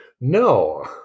No